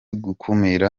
gukumira